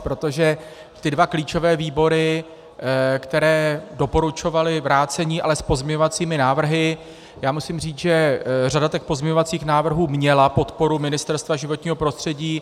Protože ty dva klíčové výbory, které doporučovaly vrácení, ale s pozměňovacími návrhy, já musím říct, že řada těch pozměňovacích návrhů měla podporu Ministerstva životního prostředí.